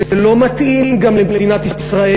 זה לא מתאים גם למדינת ישראל.